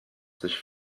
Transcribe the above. sich